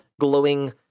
glowing